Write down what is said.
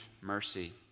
mercy